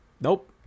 Nope